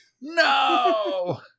No